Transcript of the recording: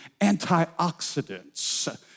antioxidants